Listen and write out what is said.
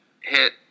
hit